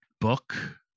book